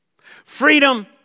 Freedom